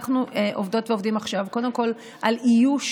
אנחנו עובדות ועובדים עכשיו קודם כול על איוש